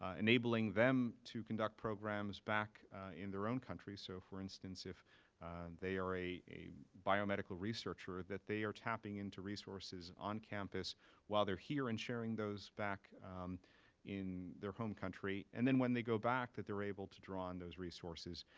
ah enabling them to conduct programs back in their own country. so, for instance, if they are a a biomedical researcher, that they are tapping into resources on campus while they're here, and sharing those back in their home country, and then when they go back that they're able to draw on those resources.